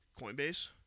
Coinbase